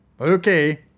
okay